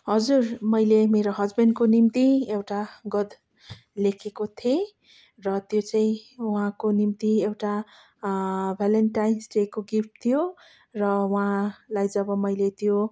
हजुर मैले मेरो हसबेन्डको निम्ति एउटा गद्य लेखेको थिएँ र त्यो चाहिँ उहाँको निस्ति एउटा भेलेन्टाइन्स डेको गिफ्ट थियो र उहाँलाई जब मैले त्यो